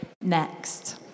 next